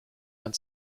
and